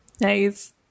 nice